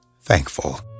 Thankful